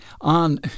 on